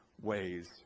ways